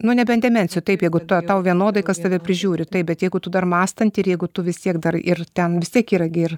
nu nebent demensijų taip jeigu tau vienodai kas tave prižiūri taip bet jeigu tu dar mąstanti ir jeigu tu vis tiek dar ir ten vis tiek yra gi ir